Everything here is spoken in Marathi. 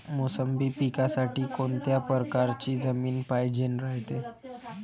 मोसंबी पिकासाठी कोनत्या परकारची जमीन पायजेन रायते?